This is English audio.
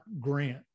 Grant